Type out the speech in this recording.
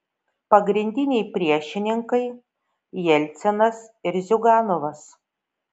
pagrindiniai priešininkai jelcinas ir ziuganovas